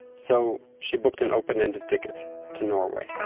so she booked an open-ended ticket to norway